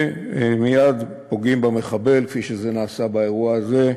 ומייד פוגעים במחבל, כפי שזה נעשה באירוע הזה,